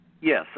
Yes